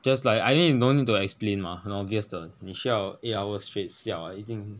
just like I mean you no need to explain mah 很 obvious 的你需要 eight hours straight siao ah 一定